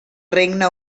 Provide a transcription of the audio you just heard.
regne